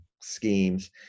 schemes